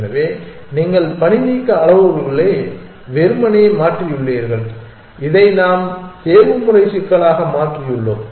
எனவே நீங்கள் பணிநீக்க அளவுகோல்களை வெறுமனே மாற்றியுள்ளீர்கள் இதை நாம் தேர்வுமுறை சிக்கலாக மாற்றியுள்ளோம்